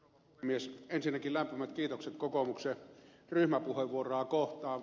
ensinnäkin lämpimät kiitokset kokoomuksen ryhmäpuheenvuoroa kohtaan